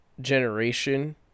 generation